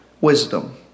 wisdom